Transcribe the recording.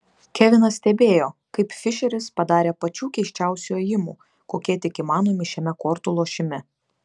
kevinas stebėjo kaip fišeris padarė pačių keisčiausių ėjimų kokie tik įmanomi šiame kortų lošime